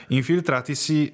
infiltratisi